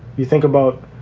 you think about,